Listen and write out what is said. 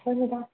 ꯍꯣꯏ ꯃꯦꯗꯥꯝ